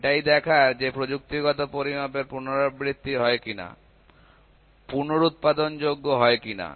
এটাই দেখার যে প্রযুক্তিগত পরিমাপের পুনরাবৃত্তি হয় কিনা পুনরুত্পাদনযোগ্য হয় কিনা